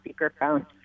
speakerphone